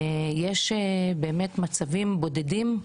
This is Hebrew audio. ויש באמת מצבים בודדים,